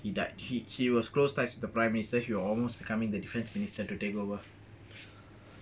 he died he he was close to the prime minister he almost becoming the defence minister to take over